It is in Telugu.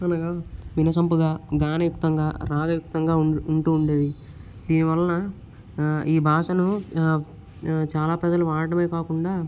అనగా వినసొంపుగా గానయుక్తంగా రాగయుక్తంగా ఉంటూ ఉండేవి దీని వలన ఈ భాషను చాలా ప్రజలు వాడడమే కాకుండా